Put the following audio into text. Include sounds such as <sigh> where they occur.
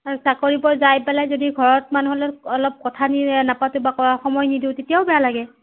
আৰু চাকৰিৰ পৰা যায় পেলাই যদি ঘৰত মানুহৰ লগত যদি অলপ কথা নাপাতোঁ বা <unintelligible> সময় নিদিওঁ তেতিয়াও বেয়া লাগে